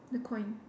the coin